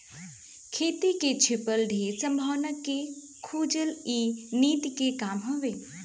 खेती में छिपल ढेर संभावना के खोजल इ नीति के काम हवे